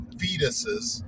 fetuses